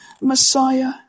messiah